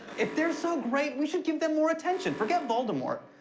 if they're so great, we should give them more attention. forget voldemort.